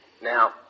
Now